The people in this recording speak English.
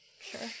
Sure